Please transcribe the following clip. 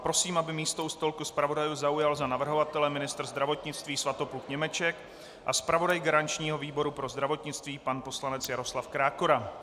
Prosím, aby místo u stolku zpravodajů zaujal za navrhovatele ministr zdravotnictví Svatopluk Němeček a zpravodaj garančního výboru pro zdravotnictví pan poslanec Jaroslav Krákora.